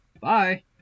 Bye